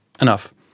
Enough